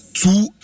two